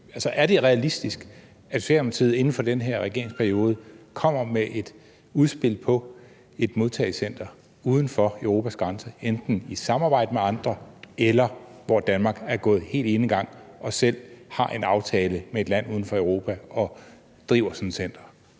Altså, er det realistisk, at Socialdemokratiet inden for den her regeringsperiode kommer med et udspil til et modtagecenter uden for Europas grænser enten i samarbejde med andre, eller ved at Danmark går helt enegang og selv får en aftale med et land uden for Europa og driver sådan et center?